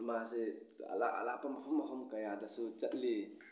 ꯃꯥꯁꯦ ꯑꯔꯥꯞ ꯑꯔꯥꯞꯄ ꯃꯐꯝ ꯃꯐꯝ ꯀꯌꯥꯗꯁꯨ ꯆꯠꯂꯤ